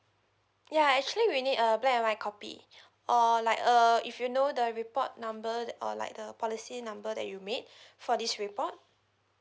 ya actually we need a black and white copy or like uh if you know the report number that or like the policy number that you made for this report